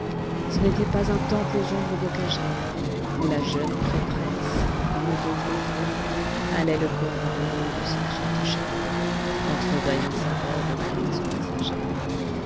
ce n'était pas un temple aux ombres bocagères où la jeune prêtresse amoureuse des fleurs allait le corps brûlé de secrètes chaleurs entre-bâillant sa robe aux brises passagères